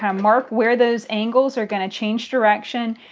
um mark where those angles are going to change direction,